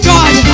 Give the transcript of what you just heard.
God